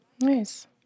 Nice